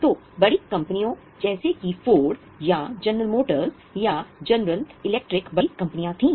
तो बड़ी कंपनियों जैसे कि फोर्ड या जनरल मोटर्स या जनरल इलेक्ट्रिक बड़ी कंपनियां थीं